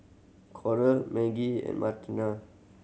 Coral Maggie and Martina